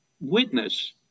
witness